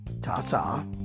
Ta-ta